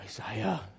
Isaiah